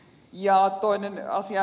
ja toinen asia